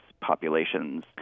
populations